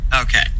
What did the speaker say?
Okay